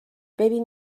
ببین